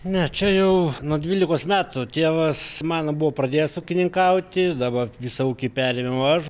ne čia jau nuo dvylikos metų tėvas mano buvo pradėjęs ūkininkauti dabar visą ūkį perėmiau aš